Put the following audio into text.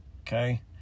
okay